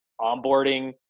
onboarding